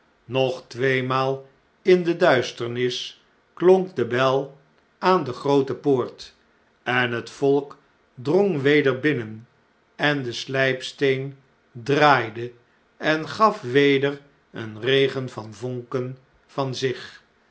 nog tweemaal in de duisternis klonk de bel aan de groote poort en het volk drong weder binnen en de sln'psteen draaide en gaf weder een regen van vonken van zich